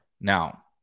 Now